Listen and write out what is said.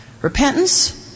Repentance